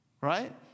Right